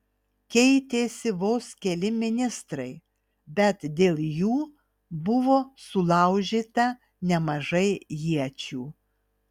keitėsi vos keli ministrai bet dėl jų buvo sulaužyta nemažai iečių